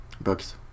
books